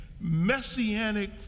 messianic